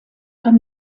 beim